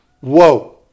Whoa